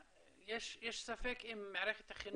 יש ספק אם מערכת החינוך תוכל להכיל בתוכה